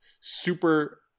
super